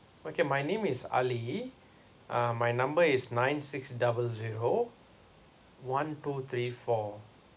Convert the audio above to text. okay my name is ali uh my number is nine six double zero one two three four